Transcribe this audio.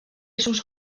sus